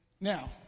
Now